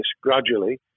gradually